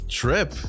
trip